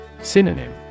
Synonym